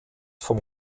vom